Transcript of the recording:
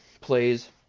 plays